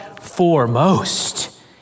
foremost